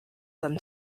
them